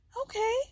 okay